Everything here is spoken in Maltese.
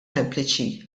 sempliċi